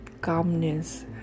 calmness